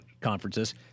conferences